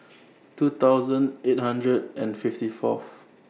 two thousand eight hundred and fifty Fourth